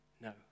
No